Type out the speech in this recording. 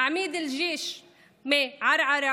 עמיד אלג'יש מערערה